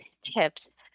tips